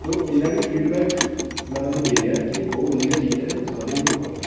ਸੋ ਇੰਨਾਂ ਕੁ ਹੀ ਫੀਡਬੈਕ ਮੈਂ ਤੁਹਾਨੂੰ ਦੇ ਰਿਹਾ ਕਿ ਇਹ ਬਹੁਤ ਵਧੀਆ ਚੀਜ਼ ਹੈ ਇਹਨੂੰ ਸਾਰੇ ਜਾਣੇ ਪੜ੍ਹੋ